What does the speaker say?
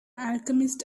alchemist